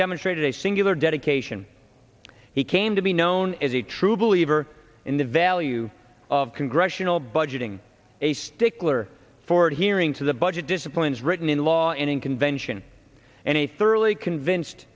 demonstrated a singular dedication he came to be known as a true believer in the value of congressional budgeting a stickler for adhering to the budget disciplines written in law and in convention and a thoroughly convinced